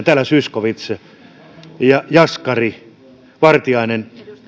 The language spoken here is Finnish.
täällä edustajat zyskowicz jaskari vartiainen